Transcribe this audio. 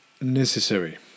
necessary